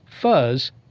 Fuzz